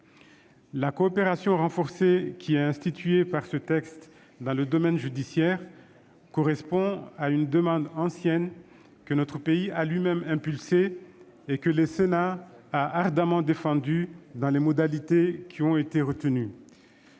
La coopération renforcée, qui est instituée par ce texte dans le domaine judiciaire, correspond à une demande ancienne que notre pays a lui-même impulsée et que le Sénat a ardemment défendue dans les modalités qui ont été retenues.